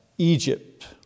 Egypt